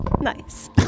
nice